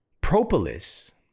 propolis